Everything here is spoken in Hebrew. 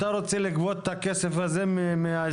אתה רוצה לגבות את הכסף הזה מהאזרחים,